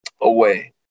away